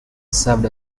served